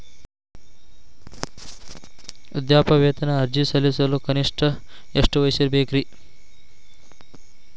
ವೃದ್ಧಾಪ್ಯವೇತನ ಅರ್ಜಿ ಸಲ್ಲಿಸಲು ಕನಿಷ್ಟ ಎಷ್ಟು ವಯಸ್ಸಿರಬೇಕ್ರಿ?